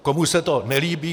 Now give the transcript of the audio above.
Komu se to nelíbí...